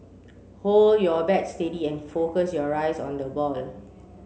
hold your bat steady and focus your eyes on the ball